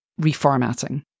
reformatting